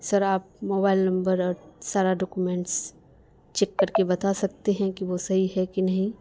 سر آپ mobile number اور سارا ڈاکومینٹس چیک کر کے بتا سکتے ہیں کہ وہ صحیح ہے کہ نہیں